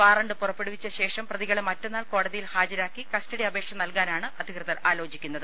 warrant പുറപ്പെടുവിച്ച ശേഷം പ്രതികളെ മറ്റന്നാൾ കോടതിയിൽ ഹാജരാക്കി കസ്റ്റഡി അപേക്ഷ നൽകാനാണ് അധികൃതർ ആലോചിക്കുന്നത്